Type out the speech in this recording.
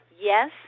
Yes